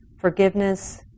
Forgiveness